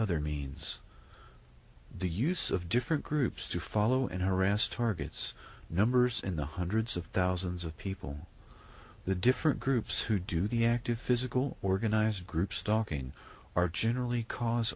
other needs the use of different groups to follow and harass targets numbers in the hundreds of thousands of people the different groups who do the active physical organized group stalking are generally cause